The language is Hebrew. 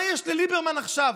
מה יש לליברמן עכשיו,